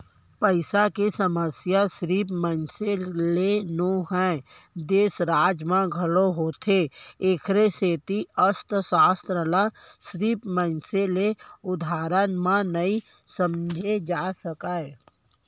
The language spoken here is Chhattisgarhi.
पइसा के समस्या सिरिफ मनसे के नो हय, देस, राज म घलोक होथे एखरे सेती अर्थसास्त्र ल सिरिफ मनसे के उदाहरन म नइ समझे जा सकय